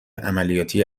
عملیاتی